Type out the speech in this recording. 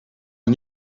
een